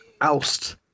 oust